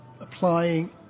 applying